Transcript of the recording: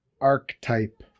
Archetype